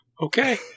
Okay